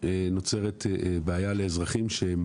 נוצרת בעיה לאזרחים שהם